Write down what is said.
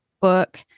book